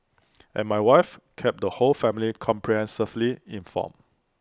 and my wife kept the whole family comprehensively informed